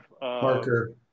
Parker